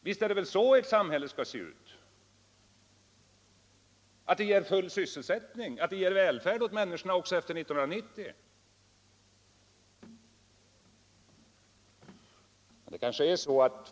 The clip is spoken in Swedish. Visst är det väl så vårt samhälle bör fungera — att det ger full sysselsättning och välfärd åt människorna också efter 1990?